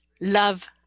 love